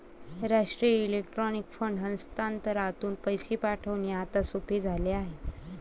राष्ट्रीय electronic fund हस्तांतरणातून पैसे पाठविणे आता सोपे झाले आहे